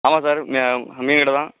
ஆமா சார் மீன் தான்